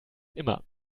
immer